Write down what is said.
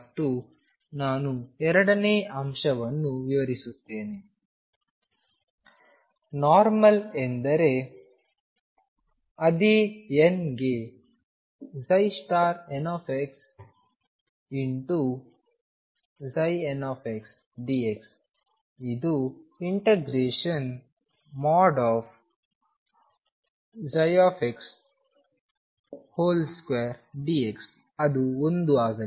ಮತ್ತು ನಾನು ಎರಡನೇ ಅಂಶವನ್ನು ವಿವರಿಸುತ್ತೇನೆ ನೋರ್ಮಲ್ ಎಂದರೆ ಅದೇ n ಗೆ nxndx ಇದು ψ2dx ಅದು 1 ಆಗಲಿದೆ